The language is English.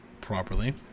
properly